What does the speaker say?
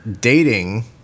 dating